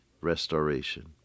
restoration